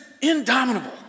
indomitable